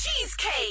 cheesecake